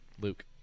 Luke